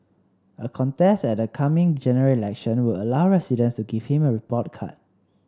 a contest at the coming General Election would allow residents to give him a report card